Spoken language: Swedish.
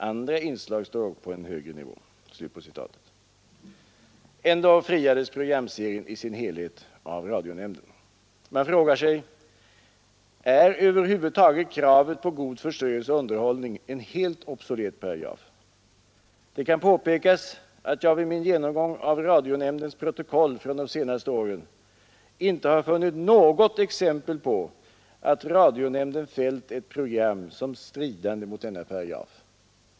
Andra inslag står dock på en högre nivå.” Ändå friades programserien i sin helhet av radionämnden. Man frågar sig: Är över huvud taget kravet på god förströelse och underhållning en helt obsolet paragraf? Det kan påpekas att jag vid min genomgång av radionämndens protokoll från de senaste åren inte har funnits något exempel på att radionämnden fällt ett program som stridande mot denna paragraf.